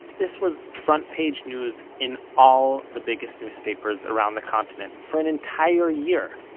this was front page news in all the biggest newspapers around the continent for an entire year.